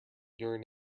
during